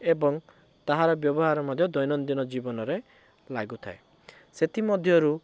ଏବଂ ତାହାର ବ୍ୟବହାର ମଧ୍ୟ ଦୈନନ୍ଦୀନ ଜୀବନରେ ଲାଗୁଥାଏ ସେଥିମଧ୍ୟରୁ